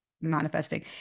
manifesting